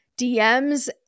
DMs